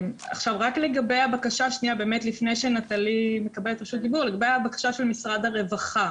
לגבי הבקשה של משרד הרווחה